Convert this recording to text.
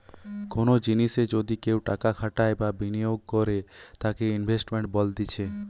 কোনো জিনিসে যদি কেও টাকা খাটাই বা বিনিয়োগ করে তাকে ইনভেস্টমেন্ট বলতিছে